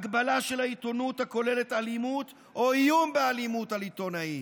הגבלה של העיתונות הכוללת אלימות או איום באלימות על עיתונאים,